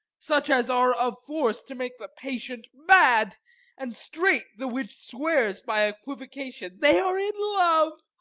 such as are of force to make the patient mad and straight the witch swears by equivocation they are in love.